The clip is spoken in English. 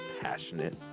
passionate